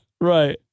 Right